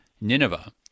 Nineveh